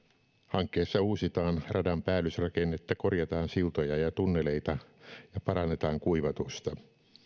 hankkeessa uusitaan radan päällysrakennetta korjataan siltoja ja tunneleita ja parannetaan kuivatusta